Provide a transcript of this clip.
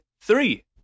Three